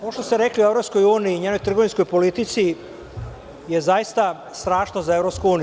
Ovo što ste rekli o EU i njenoj trgovinskoj politici je zaista strašno za EU.